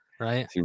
Right